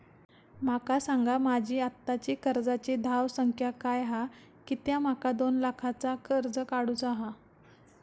माका सांगा माझी आत्ताची कर्जाची धावसंख्या काय हा कित्या माका दोन लाखाचा कर्ज काढू चा हा?